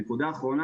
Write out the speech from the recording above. נקודה אחרונה,